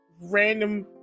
random